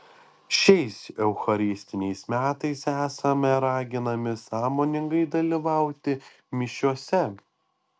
šiais eucharistiniais metais esame raginami sąmoningai dalyvauti mišiose